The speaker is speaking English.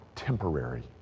temporary